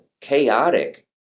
chaotic